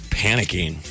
panicking